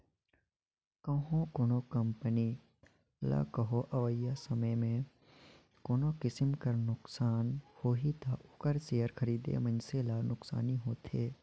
कहों कोनो कंपनी ल कहों अवइया समे में कोनो किसिम कर नोसकान होही ता ओकर सेयर खरीदे मइनसे ल नोसकानी होथे